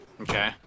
Okay